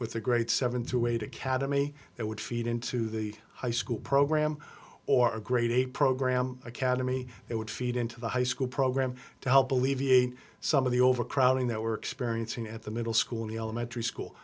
with a great seven to eight academy that would feed into the high school program or a grade a program academy it would feed into the high school program to help alleviate some of the overcrowding that we're experiencing at the middle school and elementary school